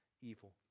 evil